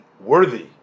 worthy